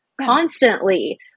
constantly